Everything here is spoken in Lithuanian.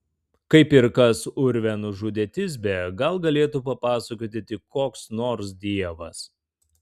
kaip ir kas urve nužudė tisbę gal galėtų papasakoti tik koks nors dievas